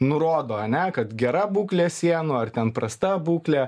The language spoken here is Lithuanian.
nurodo ane kad gera būklė sienų ar ten prasta būklė